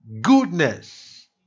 goodness